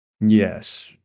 Yes